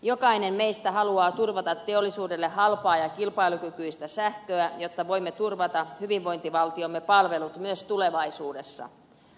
jokainen meistä haluaa turvata teollisuudelle halpaa ja kilpailukykyistä sähköä jotta voimme turvata hyvinvointivaltiomme palvelut myös tulevaisuudessa